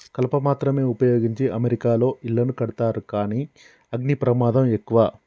కలప మాత్రమే వుపయోగించి అమెరికాలో ఇళ్లను కడతారు కానీ అగ్ని ప్రమాదం ఎక్కువ